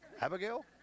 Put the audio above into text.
Abigail